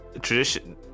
tradition